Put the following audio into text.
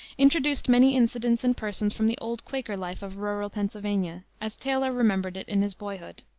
introduced many incidents and persons from the old quaker life of rural pennsylvania, as taylor remembered it in his boyhood.